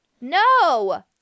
No